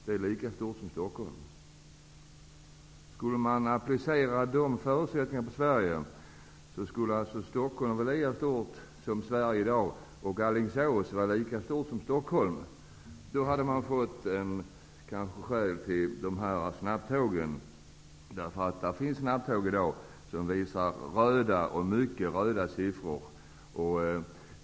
Lyon är lika stort som Skulle man applicera dessa förutsättningar på Sverige, skulle Stockholm vara lika stort som Sverige är i dag, och Alingsås skulle vara lika stort som Stockholm. Då hade det kanske funnits skäl att bygga snabbtågsförbindelser. Det finns i dag snabbtåg som visar mycket röda siffror.